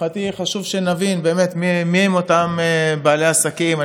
מבחינתי חשוב שנבין באמת מיהם אותם בעלי עסקים.